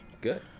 good